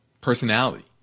personality